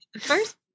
First